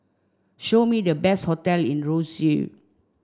show me the best hotel in Roseau